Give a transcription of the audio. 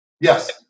Yes